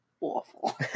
awful